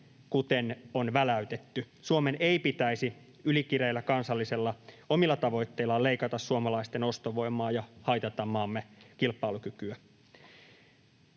kuten on väläytetty. Suomen ei pitäisi ylikireillä kansallisilla omilla tavoitteillaan leikata suomalaisten ostovoimaa ja haitata maamme kilpailukykyä.